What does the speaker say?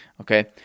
Okay